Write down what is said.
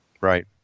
Right